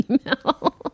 email